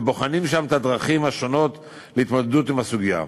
ובוחנים שם את הדרכים השונות להתמודדות עם הסוגיה.